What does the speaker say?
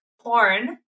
porn